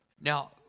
Now